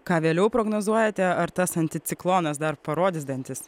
ką vėliau prognozuojate ar tas anticiklonas dar parodys dantis